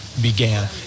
began